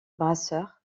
brasseur